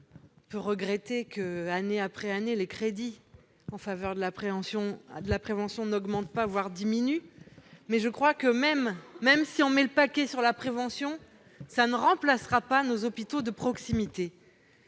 d'ailleurs regretter que, année après année, les crédits en faveur de la prévention n'augmentent pas, voire diminuent. Mais, même si on met le paquet sur la prévention, ça ne remplacera pas nos hôpitaux de proximité